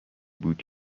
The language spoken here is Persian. بود